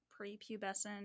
prepubescent